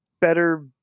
better